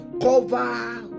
cover